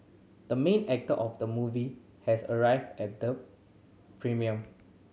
the main actor of the movie has arrived at the premiere